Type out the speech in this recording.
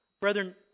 Brethren